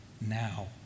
now